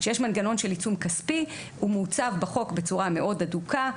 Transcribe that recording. כשיש מנגנון של עיצום כספי הוא מוצב בחוק בצורה מאוד הדוקה.